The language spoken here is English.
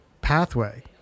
pathway